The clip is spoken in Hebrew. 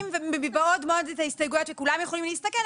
כשאנחנו מניחים מבעוד מועד את ההסתייגויות וכולם יכולים להסתכל,